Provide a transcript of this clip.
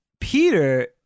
Peter